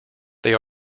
they